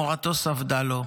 מורתו ספדה לו: